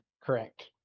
Correct